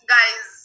Guys